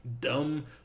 dumb